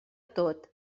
tot